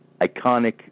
iconic